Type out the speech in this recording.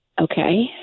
Okay